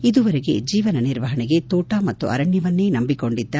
ಇದುವರೆಗೂ ಜೀವನ ನಿರ್ವಹಣೆಗೆ ತೋಟ ಮತ್ತು ಅರಣ್ಯವನ್ನೇ ನಂಬಿಕೊಂಡಿದ್ದ